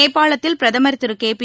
நேபாளத்தில் பிரதமர் திரு கேபி